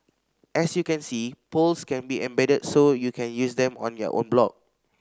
as you can see polls can be embedded so you can use them on your own blog